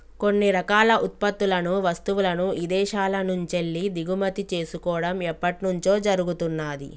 కొన్ని రకాల ఉత్పత్తులను, వస్తువులను ఇదేశాల నుంచెల్లి దిగుమతి చేసుకోడం ఎప్పట్నుంచో జరుగుతున్నాది